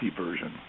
version